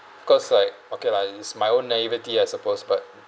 cause like okay lah it's my own naivete I suppose but